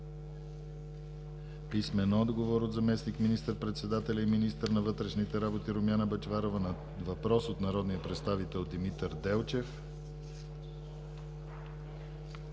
писмен отговор от заместник министър-председателя и министър на вътрешните работи Румяна Бъчварова на въпрос от народния представител Димитър Делчев;